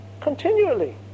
continually